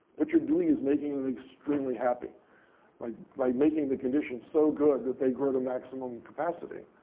what you're doing is making them extremely happy by by making the conditions so good that they grow to maximum capacity.